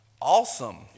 Awesome